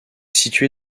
située